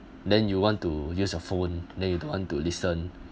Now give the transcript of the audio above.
then you want to use your phone then you don't want to listen